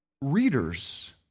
readers